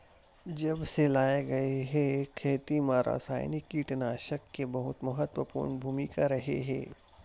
जब से लाए गए हे, खेती मा रासायनिक कीटनाशक के बहुत महत्वपूर्ण भूमिका रहे हे